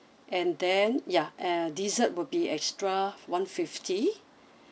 and then ya uh dessert will be extra one fifty